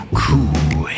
cool